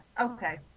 Okay